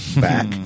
back